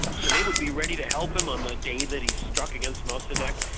so they would be ready to help him on the day that he struck against mossadeq.